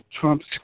Trump's